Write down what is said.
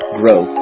grow